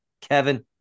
Kevin